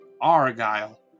argyle